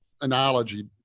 analogy